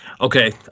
okay